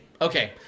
okay